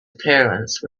appearance